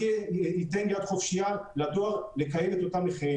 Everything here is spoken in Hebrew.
ייתן יד חופשית לדואר לקיים את אותם מחירים.